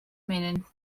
meaning